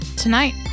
Tonight